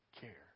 care